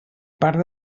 part